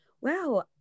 wow